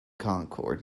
concord